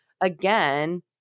again